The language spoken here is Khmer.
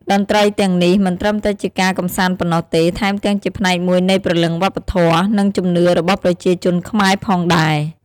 តន្ត្រីទាំងនេះមិនត្រឹមតែជាការកម្សាន្តប៉ុណ្ណោះទេ ថែមទាំងជាផ្នែកមួយនៃព្រលឹងវប្បធម៌ និងជំនឿរបស់ប្រជាជនខ្មែរផងដែរ។